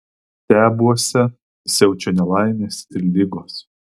tebuose siaučia nelaimės ir ligos